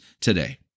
today